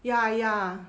ya ya